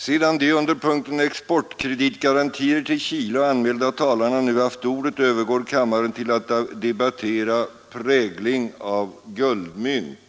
Sedan de under punkten ”Exportkreditgarantier till Chile” anmälda talarna nu haft ordet övergår kammaren till att debattera ”Prägling av guldmynt”.